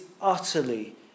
utterly